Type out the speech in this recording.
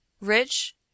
Rich